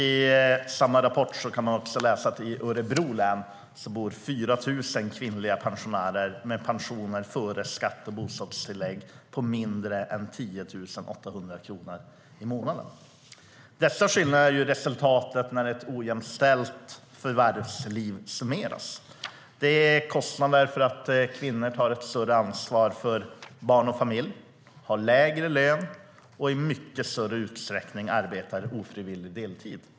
I samma rapport kan man läsa att i Örebro län bor 4 000 kvinnliga pensionärer med pensioner som före skatt och bostadstillägg är mindre än 10 800 kronor i månaden. Dessa skillnader är resultatet när ett ojämställt förvärvsliv summeras. Det är kostnaden för att kvinnorna tar ett större ansvar för barn och familj, har lägre löner och i mycket större utsträckning arbetar ofrivillig deltid.